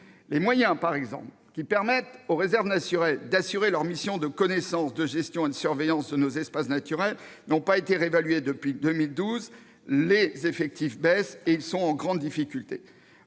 les moyens qui permettent aux réserves naturelles d'assurer leurs missions de connaissances, de gestion et de surveillance de nos espaces naturels n'ont pas été réévalués depuis 2012. Les effectifs baissent, et ils sont en grande difficulté.